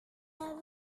avale